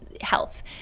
health